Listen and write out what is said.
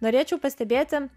norėčiau pastebėti